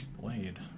blade